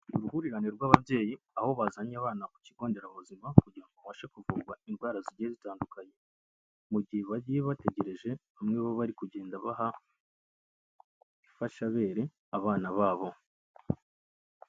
Uruhurirane rw'ababyeyi aho bazanye abana ku kigo nderabuzima kugira babashe kuvurwa indwara zigiye zitandukanye. Mu gihe bagiye bategereje bamwe bo bari kugenda baha imfashabere abana babo.